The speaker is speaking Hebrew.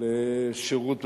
לשירות במשטרה,